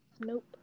nope